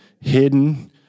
hidden